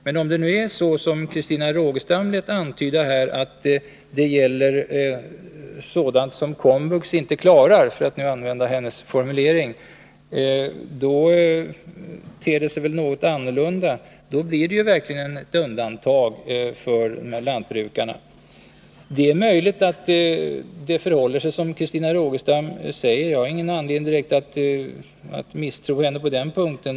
Men om det nu är så som Christina Rogestam lät antyda, nämligen att det gäller ”sådant som KOMVUX inte klarar” — för att använda hennes formulering — ter det sig något annorlunda. Då blir det ju verkligen ett undantag för lantbrukarna. Det är möjligt att det förhåller sig så som Christina Rogestam säger. Jag haringen direkt anledning att misstro henne på den punkten.